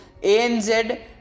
ANZ